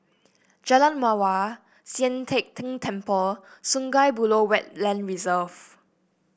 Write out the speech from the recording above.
Jalan Mawar Sian Teck Tng Temple Sungei Buloh Wetland Reserve